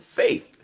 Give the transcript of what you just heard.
faith